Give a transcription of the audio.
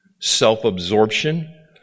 self-absorption